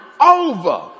over